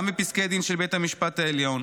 גם בפסקי דין של בית המשפט העליון.